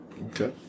Okay